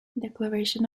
declaration